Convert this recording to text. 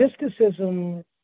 mysticism